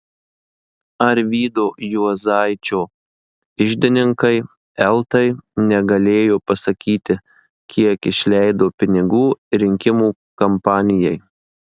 arvydo juozaičio iždininkai eltai negalėjo pasakyti kiek išleido pinigų rinkimų kampanijai